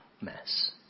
mess